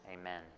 Amen